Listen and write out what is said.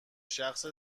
شخص